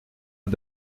aux